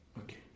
Okay